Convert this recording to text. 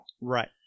Right